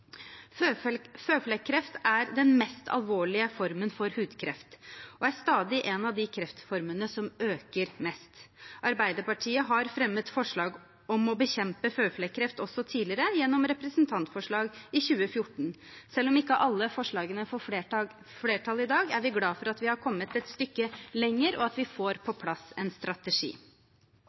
Føflekkreft er den mest alvorlige formen for hudkreft og er stadig en av de kreftformene som øker mest. Arbeiderpartiet har fremmet forslag om å bekjempe føflekkreft også tidligere, gjennom representantforslag i 2014. Selv om ikke alle forslagene får flertall i dag, er vi glad for at vi har kommet et stykke lenger, og at vi får på plass en strategi.